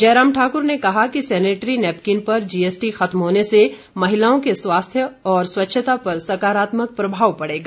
जयराम ठाकुर ने कहा कि सैनिटरी नैपकिन पर जीएसटी खत्म होने से महिलाओं के स्वास्थ्य और स्वच्छता पर सकारात्मक प्रभाव पड़ेगा